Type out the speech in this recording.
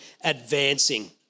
advancing